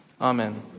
Amen